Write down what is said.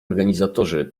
organizatorzy